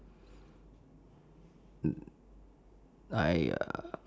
!aiya!